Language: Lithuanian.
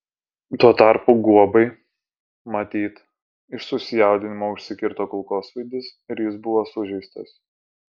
tuo tarpu guobai matyt iš susijaudinimo užsikirto kulkosvaidis ir jis buvo sužeistas